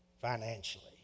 financially